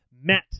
met